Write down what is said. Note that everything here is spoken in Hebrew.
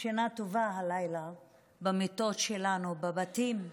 שינה טובה במיטות שלנו, בבתים שלנו,